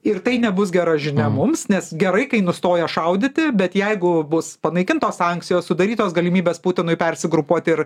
ir tai nebus gera žinia mums nes gerai kai nustojo šaudyti bet jeigu bus panaikintos sankcijos sudarytos galimybės putinui persigrupuoti ir